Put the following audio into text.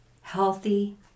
healthy